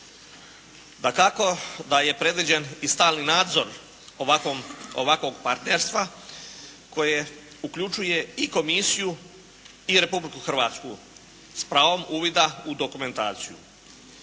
Dakako da je predviđen i stalni nadzor ovakvog partnerstva koje uključuje i komisiju i Republiku Hrvatsku s pravom uvida u dokumentaciju.